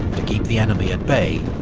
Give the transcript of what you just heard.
to keep the enemy at bay,